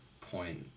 point